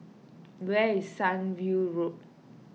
where is Sunview Road